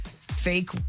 fake